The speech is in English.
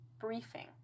briefing